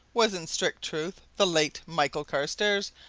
was in strict truth the late michael carstairs,